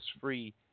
free